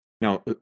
Now